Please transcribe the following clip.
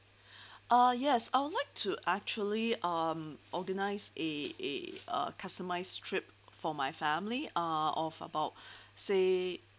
uh yes I would like to actually um organise a a a customised trip for my family uh of about say